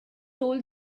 told